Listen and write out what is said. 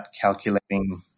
calculating